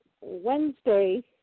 Wednesday